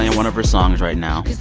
one of her songs right now.